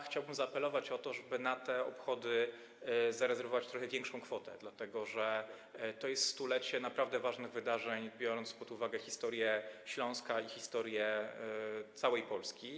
Chciałbym zaapelować o to, żeby na te obchody zarezerwować trochę większą kwotę, dlatego że to jest stulecie naprawdę ważnych wydarzeń, biorąc pod uwagę historię Śląska i historię całej Polski.